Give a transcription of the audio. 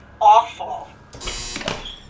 awful